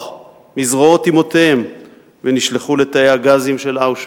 מזרועות אמותיהם ונשלחו לתאי הגזים של אושוויץ,